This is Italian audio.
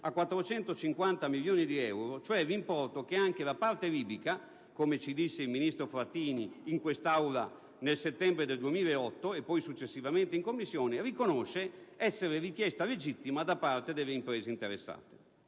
a 450 milioni di euro, cioè l'importo che anche la parte libica, come ci disse il ministro Frattini in quest'Aula nel settembre del 2008 e poi successivamente in Commissione, riconosce essere richiesta legittima da parte delle imprese interessate.